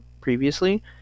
previously